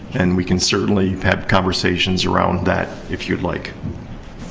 and we can certainly have conversations around that, if you'd like.